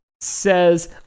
says